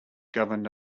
governed